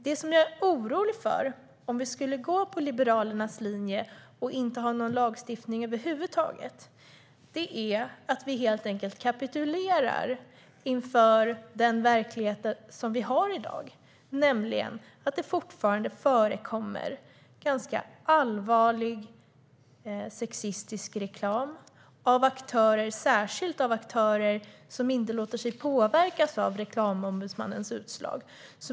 Det som jag är orolig för om vi skulle gå på Liberalernas linje och inte ha någon lagstiftning över huvud taget är att vi helt enkelt kapitulerar inför den verklighet som vi har i dag, nämligen att det fortfarande förekommer ganska allvarlig sexistisk reklam av aktörer som inte låter sig påverkas av Reklamombudsmannens utslag.